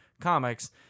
comics